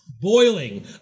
Boiling